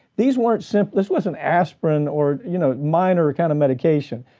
these weren't simply, this was an aspirin or you know, minor kind of medication.